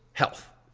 health.